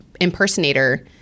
impersonator